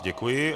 Děkuji.